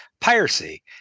piracy